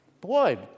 boy